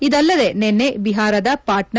ಇದಲ್ಲದೇ ನಿನ್ನೆ ಬಿಹಾರದ ಪಾಟ್ನಾ